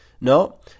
No